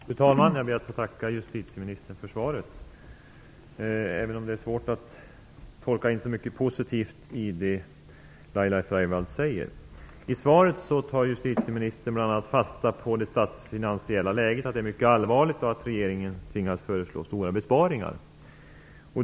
Fru talman! Jag ber att få tacka justitieministern för svaret, även om det är svårt att tolka in så mycket positivt i det hon säger. I svaret tar justitieministern bl.a. fasta på det allvarliga statsfinansiella läget. Regeringen tvingas föreslå stora besparingar.